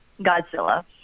Godzilla